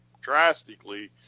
drastically